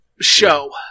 show